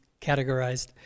categorized